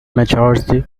majority